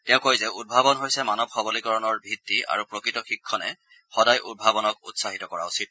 তেওঁ কয় যে উদ্ভাৱন হৈছে মানৱ সৱলীকৰণৰ ভিত্তি আৰু প্ৰকৃত শিক্ষণে সদায় উদ্ভাৱনক উৎসাহিত কৰা উচিত